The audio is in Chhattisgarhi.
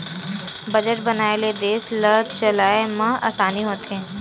बजट बनाए ले देस ल चलाए म असानी होथे